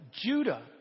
Judah